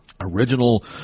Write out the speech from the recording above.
original